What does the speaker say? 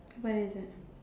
K what is it